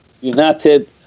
United